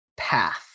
path